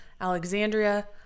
Alexandria